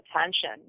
attention